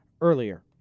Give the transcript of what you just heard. earlier